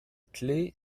clé